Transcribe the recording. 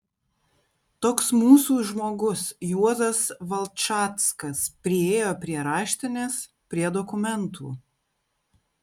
toks mūsų žmogus juozas valčackas priėjo prie raštinės prie dokumentų